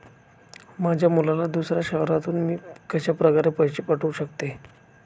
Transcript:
माझ्या मुलाला दुसऱ्या शहरातून मी कशाप्रकारे पैसे पाठवू शकते?